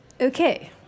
okay